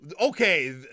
Okay